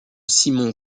simon